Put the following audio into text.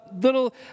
little